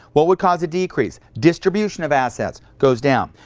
what would cause a decrease? distribution of assets, goes down.